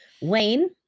Wayne